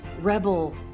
rebel